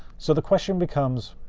so the question becomes,